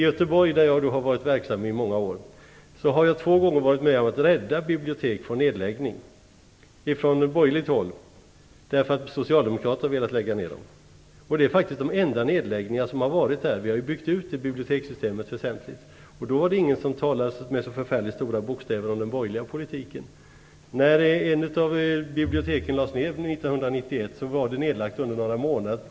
Göteborg, där jag har varit verksam i många år, har jag två gånger varit med om att vi från borgerligt håll har räddat bibliotek som socialdemokrater ville lägga ned. Det är de enda nedläggningar som har förekommit där. Vi byggde ut bibliotekssystemet väsentligt, men då var det ingen som talade med stora bokstäver om den borgerliga politiken. Ett bibliotek lades ned 1991, och det var nedlagt några månader.